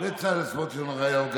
בצלאל סמוטריץ' אינו נוכח,